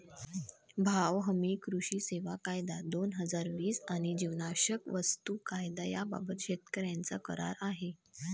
भाव हमी, कृषी सेवा कायदा, दोन हजार वीस आणि जीवनावश्यक वस्तू कायदा याबाबत शेतकऱ्यांचा करार आहे